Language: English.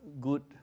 good